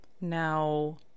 now